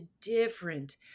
different